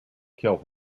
kill